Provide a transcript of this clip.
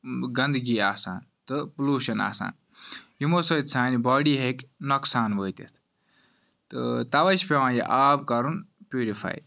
گَنٛدگی آسان تہٕ پُلوشَن آسان یِمو سۭتۍ سانہِ بوڈی ہیٚکہِ نۄقصان وٲتِتھ تہٕ تَوَے چھُ پیٚوان یہِ آب کَرُن پیورِفاے